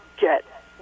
get